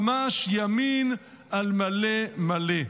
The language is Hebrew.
ממש ימין על מלא מלא.